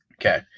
Okay